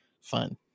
fun